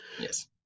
Yes